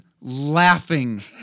laughing